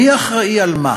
מי אחראי למה?